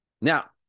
Now